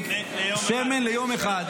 שמן ליום אחד.